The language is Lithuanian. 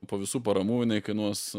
po visų paramų jinai kainuos